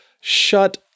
Shut